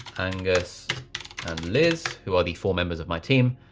angus and liz. who are the four members of my team.